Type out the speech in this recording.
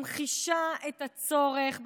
ממחישה את הצורך,